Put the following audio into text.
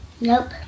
Nope